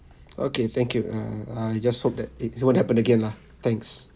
okay thank you ah I just hope that it won't happen again lah thanks